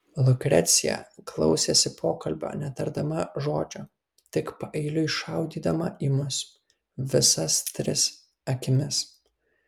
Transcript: lukrecija klausėsi pokalbio netardama žodžio tik paeiliui šaudydama į mus visas tris akimis